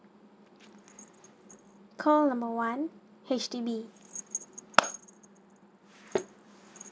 call number one H_D_B